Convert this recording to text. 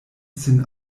sin